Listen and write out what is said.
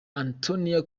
antonio